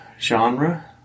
genre